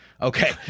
Okay